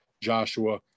Joshua